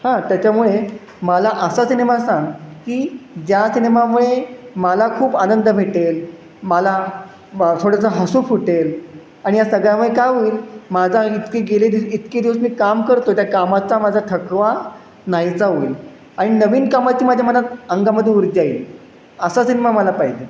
हां त्याच्यामुळे मला असा सिनेमा सांग की ज्या सिनेमामुळे मला खूप आनंद भेटेल मला ब थोडंसं हसू फुटेल आणि या सगळ्यामुळे काय होईल माझा इतके गेले दिवस इतके दिवस मी काम करतो आहे त्या कामाचा माझा थकवा नाहीसा होईल आणि नवीन कामाची माझ्या मनात अंगामध्ये ऊर्जा येईल असा सिनेमा मला पाहिजे